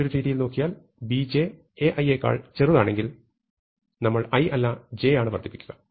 മറ്റൊരു രീതിയിൽ നോക്കിയാൽ Bj Ai നേക്കാൾ ചെറുതാണെങ്കിൽ ഞങ്ങൾ i അല്ല j യാണ് വർദ്ധിപ്പിക്കുക